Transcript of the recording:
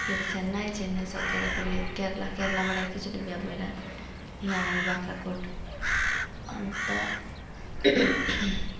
फेरि चेन्नई चेन्नई सकेर फेरि केरेला केरेलाबाट एकैचोटि बिहा भएर यहाँ आएँ बाख्राकोट अनि त